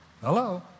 Hello